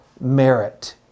merit